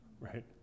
Right